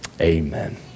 amen